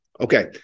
Okay